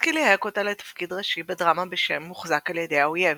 לסקי ליהק אותה לתפקיד ראשי בדרמה בשם "מוחזק על ידי האויב"